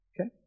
Okay